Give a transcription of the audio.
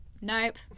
Nope